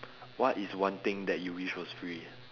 what is one thing that you wish was free